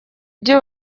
ibyo